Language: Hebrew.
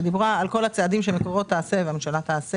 שדיברה על כל הצעדים שמקורות תעשה והממשלה תעשה